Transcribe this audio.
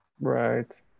Right